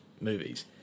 movies